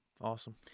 awesome